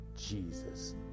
Jesus